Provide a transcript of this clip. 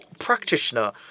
Practitioner